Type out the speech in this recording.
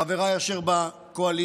חבריי אשר בקואליציה,